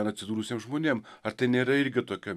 ar atsidūrusiem žmonėm ar ten nėra irgi tokia